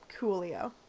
Coolio